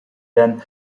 than